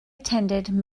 attended